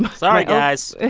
sorry, guys